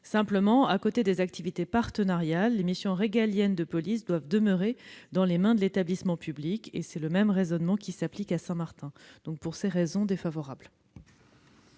Simplement, à côté des activités partenariales, les missions régaliennes de police doivent demeurer dans les mains de l'établissement public. Le même raisonnement s'applique à Saint-Martin. Je mets aux voix le